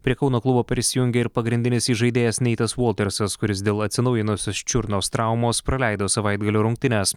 prie kauno klubo prisijungė ir pagrindinis įžaidėjas neitas voltersas kuris dėl atsinaujinusios čiurnos traumos praleido savaitgalio rungtynes